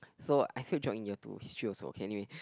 so I failed Geog in year two History also okay anyway